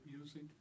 music